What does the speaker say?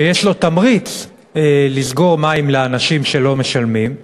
שיש לו תמריץ לסגור מים לאנשים שלא משלמים,